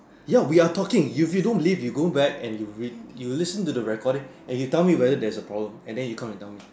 ya we are talking you if you don't believe you go back and you're you listen to the recording and you tell me whether there's a problem and then you come and tell me